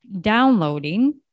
downloading